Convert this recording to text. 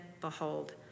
Behold